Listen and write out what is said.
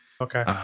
Okay